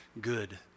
good